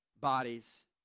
bodies